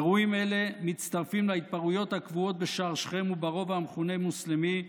אירועים אלה מצטרפים להתפרעויות הקבועות בשער שכם וברובע המכונה מוסלמי,